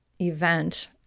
event